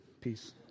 Peace